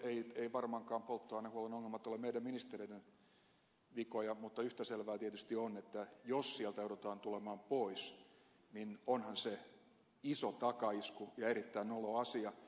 todellakin eivät varmaankaan polttoainehuollon ongelmat ole meidän ministereidemme vika mutta yhtä selvää tietysti on että jos sieltä joudutaan tulemaan pois niin onhan se iso takaisku ja erittäin nolo asia